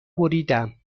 بریدم